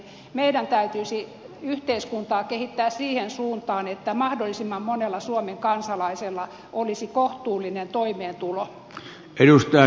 meidän kansanedustajien täytyisi yhteiskuntaa kehittää siihen suuntaan että mahdollisimman monella suomen kansalaisella olisi kohtuullinen toimeentulo